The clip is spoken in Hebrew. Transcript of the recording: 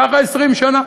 ככה 20 שנה.